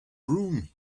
room